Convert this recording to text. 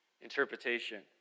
interpretation